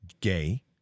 gay